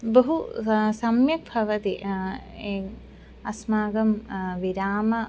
बहु सः सम्यक् भवति अस्माकं विरामः